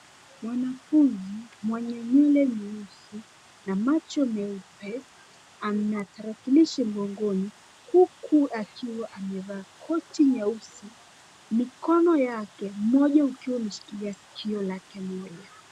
Mwanafunzi mwenye nywele nyeusi na macho meupe ana tarakilishi mkononi , huku akiwa amevaa koti nyeusi . Mikono yake, mmoja ukiwa umeshikilia sikio lake moja.